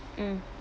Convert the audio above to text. mm